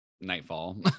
nightfall